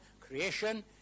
creation